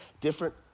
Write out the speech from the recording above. different